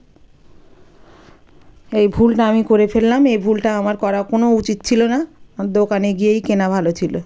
এই ভুলটা আমি করে ফেললাম এই ভুলটা আমার করা কোনো উচিত ছিল না দোকানে গিয়েই কেনা ভালো ছিল